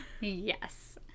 Yes